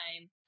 time